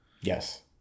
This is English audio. Yes